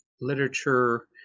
literature